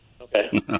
okay